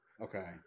Okay